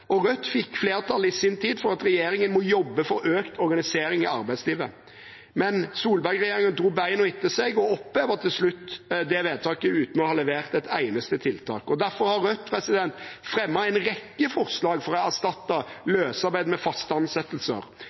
og Rødt fikk flertall i sin tid for at regjeringen må jobbe for økt organisering i arbeidslivet, men Solberg-regjeringen dro beina etter seg og opphevet til slutt det vedtaket uten å ha levert et eneste tiltak. Derfor har Rødt fremmet en rekke forslag for å erstatte løsarbeid med faste ansettelser,